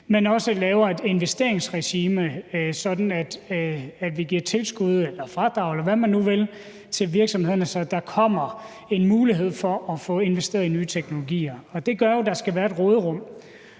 men også laver et investeringsregime, sådan at vi giver tilskud eller fradrag, hvad man nu vil, til virksomhederne, så der kommer en mulighed for at få investeret i nye teknologier. Det gør jo, at der skal være et råderum.